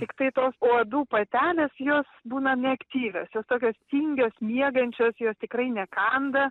tiktai tos uodų patelės jos būna neaktyvios jos tokios tingios miegančios jos tikrai nekanda